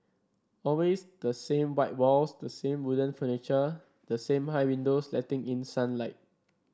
always the same white walls the same wooden furniture the same high windows letting in sunlight